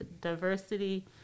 Diversity